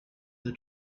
the